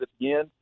again